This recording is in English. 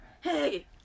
Hey